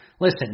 Listen